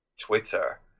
twitter